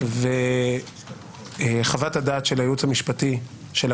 הייעוץ המשפטי הוא חלק